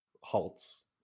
halts